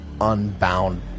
unbound